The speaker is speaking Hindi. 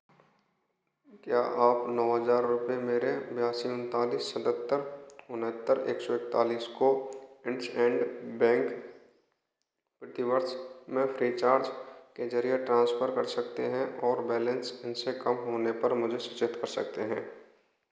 क्या आप नौ हज़ार रुपये मेरे बयासी उन्तालीस सतत्तर उनहत्तर एक सौ एकतालीस को इंडसइंड बैंक प्रतिवर्ष में फ़्रीचार्ज के ज़रिए ट्रांसफर कर सकते हैं और बैलेंस इनसे कम होने पर मुझे सूचित कर सकते हैं